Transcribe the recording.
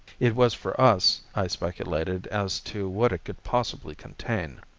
it was for us. i speculated as to what it could possibly contain.